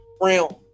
realm